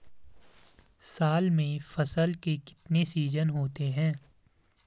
साल में फसल के कितने सीजन होते हैं?